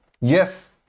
Yes